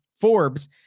Forbes